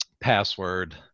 password